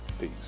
Peace